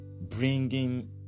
bringing